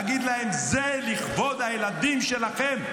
להגיד להם: זה לכבוד הילדים שלכם.